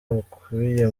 bukubiye